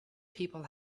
people